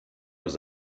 was